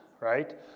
right